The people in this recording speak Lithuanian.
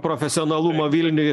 profesionalumo vilniuj